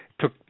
took